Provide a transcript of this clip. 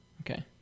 Okay